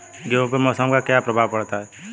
गेहूँ पे मौसम का क्या प्रभाव पड़ता है?